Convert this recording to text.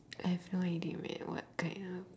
I have no idea wh~ what kind of